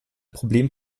problem